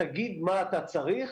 תגיד מה אתה צריך,